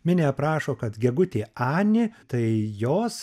mini aprašo kad gegutė ani tai jos